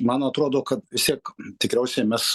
man atrodo kad visiek tikriausiai mes